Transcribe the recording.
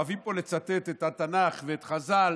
אוהבים פה לצטט את התנ"ך ואת חז"ל,